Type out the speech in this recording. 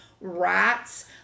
rats